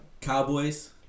Cowboys